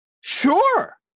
sure